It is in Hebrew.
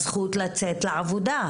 הזכות לצאת לעבודה,